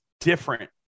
different